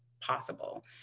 possible